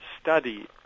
study